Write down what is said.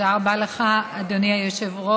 תודה רבה לך, אדוני היושב-ראש.